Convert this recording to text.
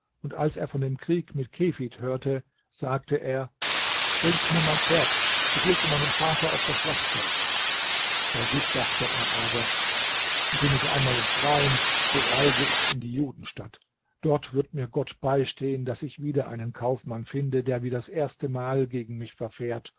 und als er von dem krieg mit kefid hörte sagte er bringt mir mein pferd ich will zu meinem vater auf das schlachtfeld bei sich dachte er aber bin ich einmal im freien so reise ich in die judenstadt dort wird mir gott beistehen daß ich wieder einen kaufmann finde der wie das erste mal gegen mich verfährt